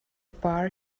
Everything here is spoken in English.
bar